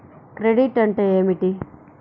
Credit అంటే ఏమిటి?